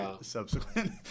subsequent